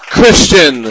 Christian